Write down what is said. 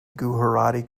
gujarati